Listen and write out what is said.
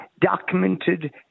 documented